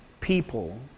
people